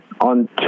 on